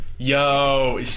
Yo